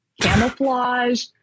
camouflage